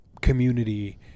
community